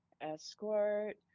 escort